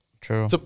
True